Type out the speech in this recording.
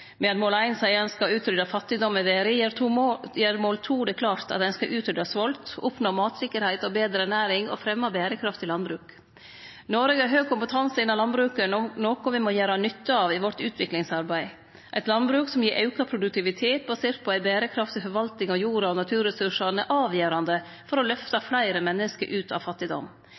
seier at ein skal utrydde fattigdom i verda, gjer mål nr. 2 det klart at ein skal utrydde svolt, oppnå matsikkerheit og betre ernæring og fremje berekraftig landbruk. Noreg har høg kompetanse innan landbruk, noko vi må gjere nytte av i vårt utviklingsarbeid. Eit landbruk som gir auka produktivitet basert på ei berekraftig forvalting av jorda og naturressursane, er avgjerande for å løfte fleire menneske ut av fattigdom.